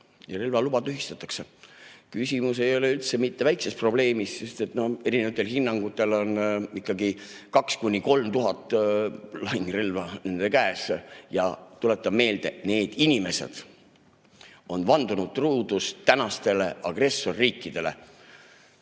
ja relvaluba tühistataks. Küsimus ei ole üldse mitte väikses probleemis, sest erinevatel hinnangutel on ikkagi 2000–3000 lahingrelva nende käes. Tuletan meelde: need inimesed on vandunud truudust tänastele agressorriikidele.